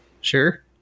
Sure